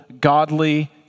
godly